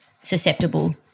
susceptible